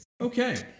Okay